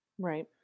Right